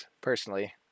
personally